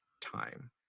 time